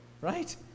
right